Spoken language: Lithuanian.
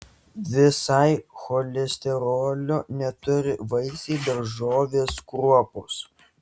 visai cholesterolio neturi vaisiai daržovės kruopos